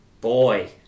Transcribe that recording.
Boy